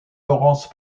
laurence